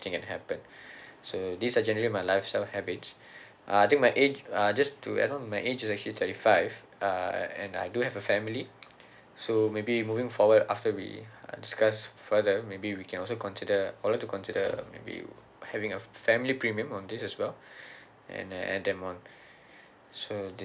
anything can happen so these are generally my lifestyle habits uh I think my age uh just to add on my age is actually thirty five uh and I do have a family so maybe moving forward after we uh discuss further maybe we can also consider I'd like to consider maybe having a family premium on this as well and uh add them on so this